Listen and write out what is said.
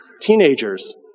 Teenagers